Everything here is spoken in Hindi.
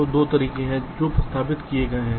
तो 2 तरीके हैं जो प्रस्तावित किए गए हैं